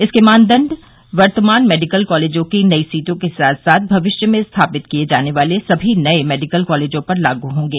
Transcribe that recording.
इसके मानदंड वर्तमान मेडिकल कॉलेजों की नई सीटों के साथ साथ भविष्य में स्थापित किए जाने वाले सभी नए मेडिकल कॉलेजों पर लागू होंगे